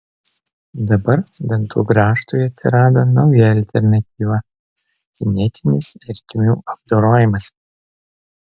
dabar dantų grąžtui atsirado nauja alternatyva kinetinis ertmių apdorojimas